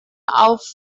auf